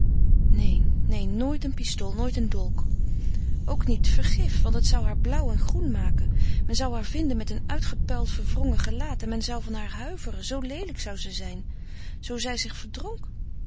neen neen nooit een pistool nooit een dolk ook niet vergif want het zou haar blauw en groen maken men zou haar vinden met een uitgepuild verwrongen gelaat en men zou van haar huiveren zoo leelijk zoo zij zich verdronk